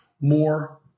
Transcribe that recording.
more